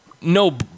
no